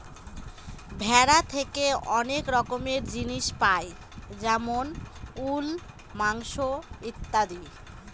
ভেড়া থেকে অনেক রকমের জিনিস পাই যেমন উল, মাংস ইত্যাদি